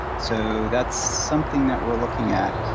so that's something that we're looking at.